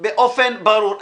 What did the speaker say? באופן ברור.